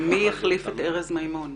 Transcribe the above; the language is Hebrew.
מי החליף את ארז מימון?